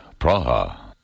Praha